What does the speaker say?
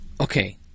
Okay